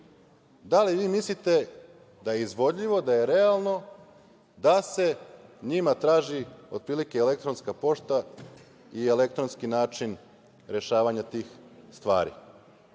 da li vi mislite da je izvodljivo, da je realno da se njima traži otprilike elektronska pošta i elektronski način rešavanja tih stvari?